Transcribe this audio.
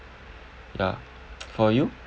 ya for you